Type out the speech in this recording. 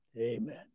amen